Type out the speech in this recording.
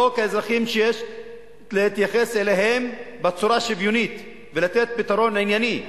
כאזרחים שיש להתייחס אליהם בצורה שוויונית ולתת פתרון ענייני.